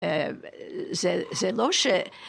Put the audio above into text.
זה, זה לא ש...